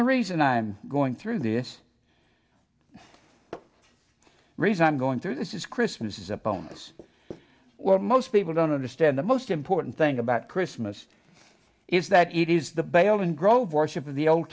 reason i'm going through this reason i'm going through this is christmas is a bonus where most people don't understand the most important thing about christmas is that it is the bell and grove worship of the old